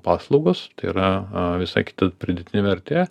paslaugos tai yra visai kita pridėtinė vertė